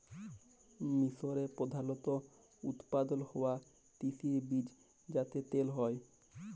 মিসরে প্রধালত উৎপাদল হ্য়ওয়া তিসির বীজ যাতে তেল হ্যয়